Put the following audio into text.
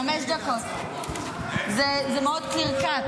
עכשיו זו השרה גולן, תני לה לדבר,